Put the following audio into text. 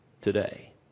today